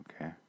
okay